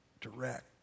direct